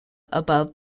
above